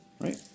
Right